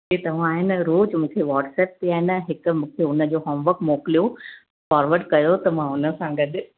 के तव्हां आहे न रोज़ु मूंखे वॉट्सएप ते आहे न हिकु मूंखे हुनजो होमवर्क मोकिलियो फोरवर्ड कयो त मां हुन सां गॾु